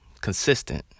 consistent